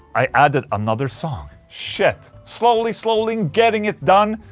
i added another song, shit slowly slowly getting it done